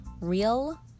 Real